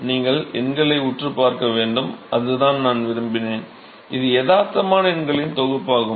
நீங்கள் எண்களை உற்றுப் பார்க்க வேண்டும் என்று நான் விரும்பினேன் இது யதார்த்தமான எண்களின் தொகுப்பாகும்